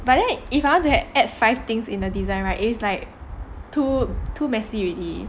but then if I want to add five things in the design right is like too too messy already